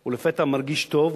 הוא לפתע מרגיש טוב,